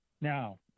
Now